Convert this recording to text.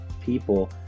people